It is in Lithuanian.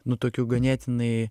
nu tokiu ganėtinai